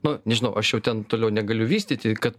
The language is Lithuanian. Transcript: nu nežinau aš jau ten toliau negaliu vystyti kad